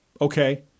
okay